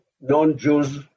non-Jews